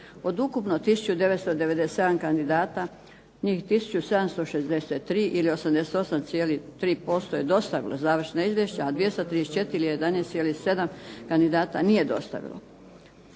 Od ukupno 1997 kandidata njih 1763 ili 88,3% je dostavilo završna izvješća, a 234 ili 11,7% kandidata nije dostavilo.